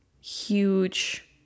huge